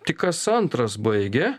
tik kas antras baigė